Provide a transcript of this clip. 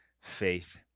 faith